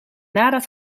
nadat